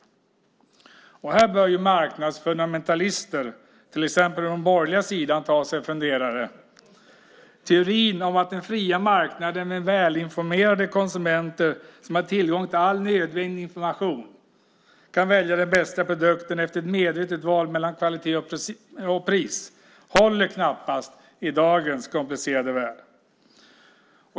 Här bör marknadsfundamentalister till exempel på den borgerliga sidan ta sig en funderare. Teorin om den fria marknaden med välinformerade konsumenter som har tillgång till all nödvändig information så att de kan välja den bästa produkten efter ett medvetet val mellan kvalitet och pris håller knappast i dagens komplicerade värld.